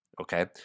Okay